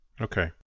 Okay